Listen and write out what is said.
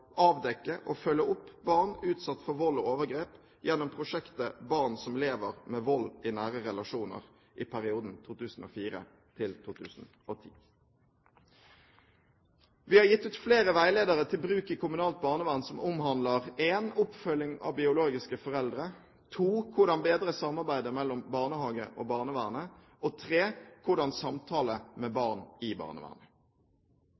avdekke og følge opp barn utsatt for vold og overgrep gjennom prosjektet «Barn som lever med vold i familien» i perioden 2004–2010. Vi har gitt ut flere veiledere til bruk i kommunalt barnevern som omhandler 1) oppfølging av biologiske foreldre, 2) hvordan bedre samarbeidet mellom barnehage og barnevernet, og 3) hvordan samtale med